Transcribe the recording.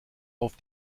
auf